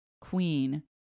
Queen